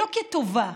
לא כטובה,